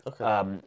Okay